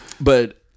But-